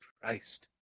Christ